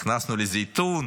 נכנסנו לזייתון,